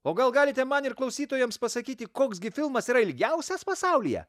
o gal galite man ir klausytojams pasakyti koks gi filmas yra ilgiausias pasaulyje